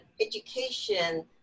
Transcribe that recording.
education